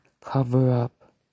cover-up